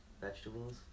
vegetables